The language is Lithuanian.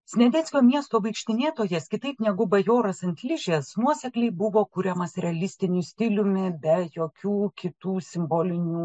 sniadeckio miesto vaikštinėtojas kitaip negu bajoras ant ližės nuosekliai buvo kuriamas realistiniu stiliumi be jokių kitų simbolinių